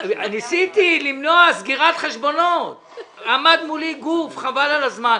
ניסיתי למנוע סגירת חשבונות ועמד מולי גוף חבל על הזמן.